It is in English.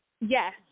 Yes